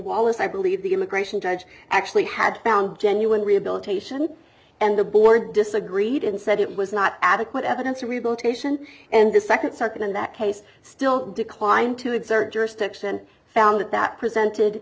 wallace i believe the immigration judge actually had found genuine rehabilitation and the board disagreed and said it was not adequate evidence and we both station and the second circuit in that case still declined to exert jurisdiction found that that presented